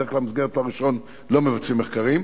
בדרך כלל במסגרת תואר ראשון לא מבצעים מחקרים.